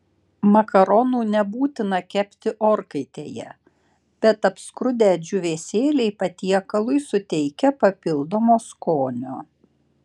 makaronų nebūtina kepti orkaitėje bet apskrudę džiūvėsėliai patiekalui suteikia papildomo skonio